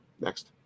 Next